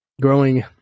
Growing